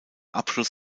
abschluss